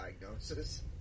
diagnosis